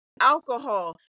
alcohol